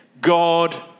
God